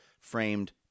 framed